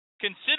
Consider